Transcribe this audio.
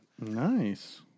Nice